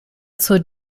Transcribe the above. zur